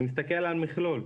אתה מסתכל על מכלול.